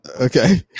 okay